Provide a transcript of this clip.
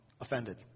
offended